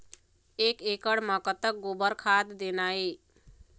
एक एकड़ म कतक गोबर खाद देना ये?